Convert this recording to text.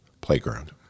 playground